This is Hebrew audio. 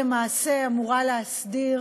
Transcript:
שלמעשה אמורה להסדיר